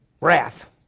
wrath